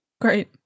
Great